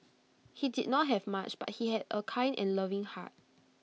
he did not have much but he had A kind and loving heart